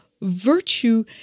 virtue